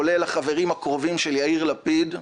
כולל החברים הקרובים של יאיר לפיד,